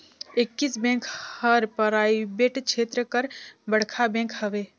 axis Bank हर private छेत्र कर बड़खा बेंक हवे